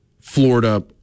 Florida